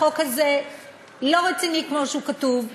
החוק הזה לא רציני כמו שהוא כתוב,